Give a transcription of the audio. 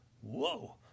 whoa